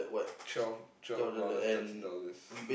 twelve twelve dollars thirteen dollars